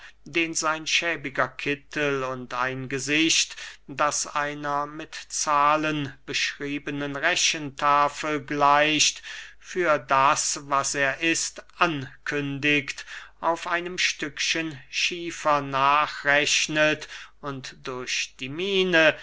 den sein schäbiger kittel und ein gesicht das einer mit zahlen beschriebenen rechentafel gleicht für das was er ist ankündigt auf einem stückchen schiefer nachrechnet und durch die miene